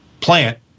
plant